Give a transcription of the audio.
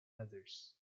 others